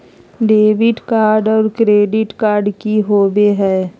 Debit card और credit card की होवे हय?